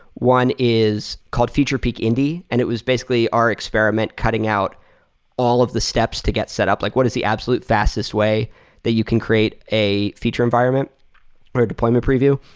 one is called featurepeek indy, and it was basically our experiment cutting out all of the steps to get set up. like what is the absolute fastest way that you can create a feature environment or a deployment preview?